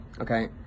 Okay